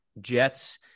Jets